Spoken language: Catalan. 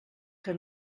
que